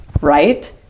Right